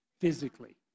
physically